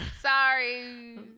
Sorry